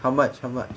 how much how much